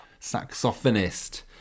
saxophonist